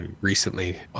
recently